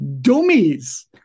dummies